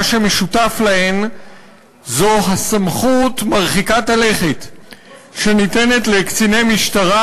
מה שמשותף להן זה הסמכות מרחיקת הלכת שניתנת לקציני משטרה,